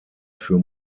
für